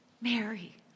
Mary